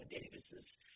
Davis's